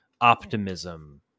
optimism